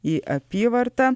į apyvartą